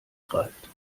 greift